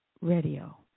Radio